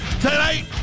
Tonight